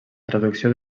traducció